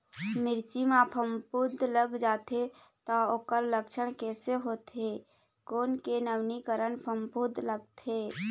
मिर्ची मा फफूंद लग जाथे ता ओकर लक्षण कैसे होथे, कोन के नवीनीकरण फफूंद लगथे?